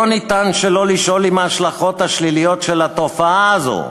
לא ניתן שלא לשאול אם ההשלכות השליליות של תופעה זו,